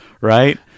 right